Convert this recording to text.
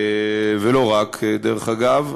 דרך אגב.